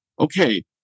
okay